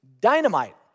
dynamite